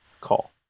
call